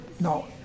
no